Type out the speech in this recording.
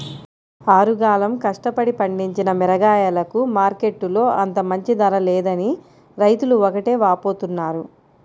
ఆరుగాలం కష్టపడి పండించిన మిరగాయలకు మార్కెట్టులో అంత మంచి ధర లేదని రైతులు ఒకటే వాపోతున్నారు